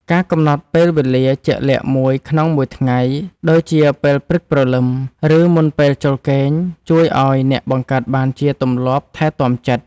ការកំណត់ពេលវេលាជាក់លាក់មួយក្នុងមួយថ្ងៃ ដូចជាពេលព្រឹកព្រលឹម ឬមុនពេលចូលគេង ជួយឱ្យអ្នកបង្កើតបានជាទម្លាប់ថែទាំចិត្ត។